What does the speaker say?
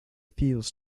feels